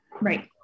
Right